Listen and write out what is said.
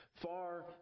Far